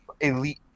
elite